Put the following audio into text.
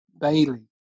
Bailey